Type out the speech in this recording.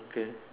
okay